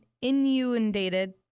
inundated